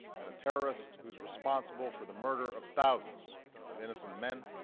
and a terrorist who's responsible for the murder of thousands of innocent men,